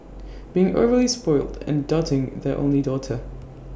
being overly spoilt and doting their only daughter